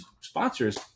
sponsors